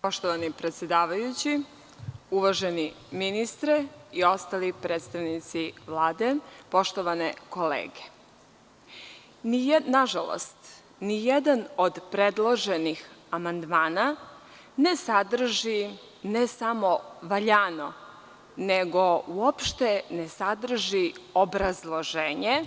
Poštovani predsedavajući, uvaženi ministre i ostali predstavnici Vlade, poštovane kolege, nažalost, nijedan od predloženih amandmana ne sadrži ne samo valjano, nego uopšte ne sadrži obrazloženje,